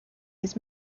his